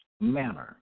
manner